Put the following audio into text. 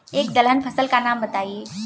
एक दलहन फसल का नाम बताइये